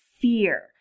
fear